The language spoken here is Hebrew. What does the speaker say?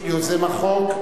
יוזם החוק,